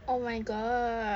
oh my god